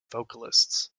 vocalists